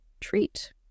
treat